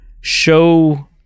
show